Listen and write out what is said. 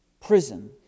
prison